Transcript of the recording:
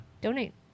Donate